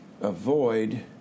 avoid